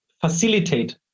facilitate